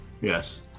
Yes